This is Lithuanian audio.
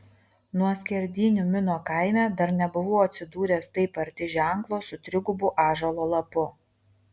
nuo skerdynių mino kaime dar nebuvau atsidūręs taip arti ženklo su trigubu ąžuolo lapu